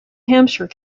hampshire